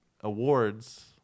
awards